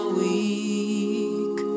weak